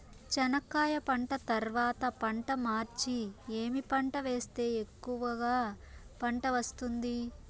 చెనక్కాయ పంట తర్వాత పంట మార్చి ఏమి పంట వేస్తే ఎక్కువగా పంట వస్తుంది?